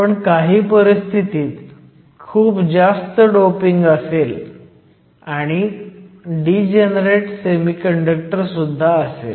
पण काही परिस्थितीत खूप जास्त डोपिंग असेल आणि डीजनरेट सेमीकंडक्टर सुद्धा असेल